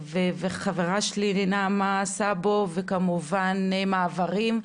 וחברה שלי נעמה סבתו וכמובן 'מעברים'.